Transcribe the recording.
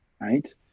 right